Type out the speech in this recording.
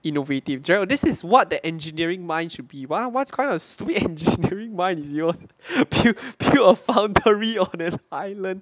innovative jarrell this is what the engineering mind should be wha~ what's kind of stupid engineering mind is yours build build a foundry on an island